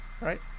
Right